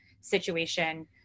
situation